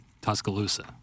Tuscaloosa